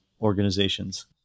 Organizations